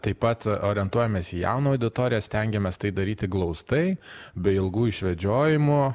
taip pat orientuojamės į jauną auditoriją stengiamės tai daryti glaustai be ilgų išvedžiojimų